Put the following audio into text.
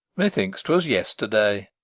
methinks twas yesterday.